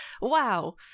wow